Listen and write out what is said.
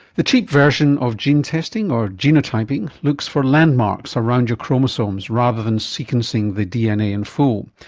the cheap version of gene testing or genotyping looks for landmarks around your chromosomes rather than sequencing the dna in full,